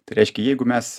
tai reiškia jeigu mes